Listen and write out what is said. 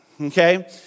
okay